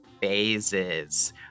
phases